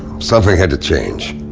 something had to change,